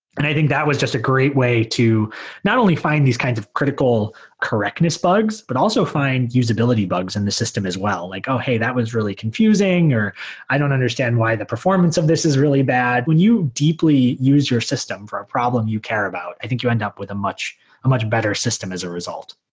and i think that was just a great way to not only find these kinds of critical correctness bugs, but also find usability bugs in the system as well, like, oh! hey, that was really confusing, or i don't understand why the performance of this is really bad. when you deeply use your system for a problem you care about, i think you end up with a much a much better system as a result